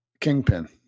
Kingpin